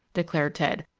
declared ted.